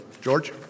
George